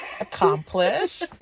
accomplish